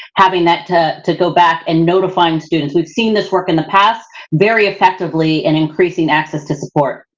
having that to to go back and notifying students. we've seen this work in the past very effectively in increasing access to support.